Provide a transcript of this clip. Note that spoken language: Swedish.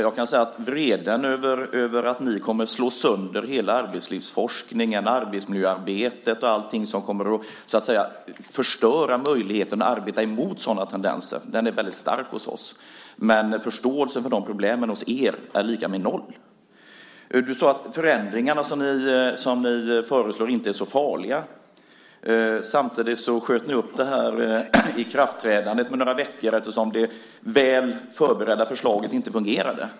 Jag kan säga att vreden över att ni kommer att slå sönder hela arbetslivsforskningen, arbetsmiljöarbetet och allt det som kommer att förstöra möjligheterna att arbeta är mycket stark hos oss. Men er förståelse för de problemen är lika med noll. Du sade att de förändringar som ni föreslår inte är så farliga. Samtidigt sköt ni upp ikraftträdandet med några veckor eftersom det väl förberedda förslaget inte fungerade.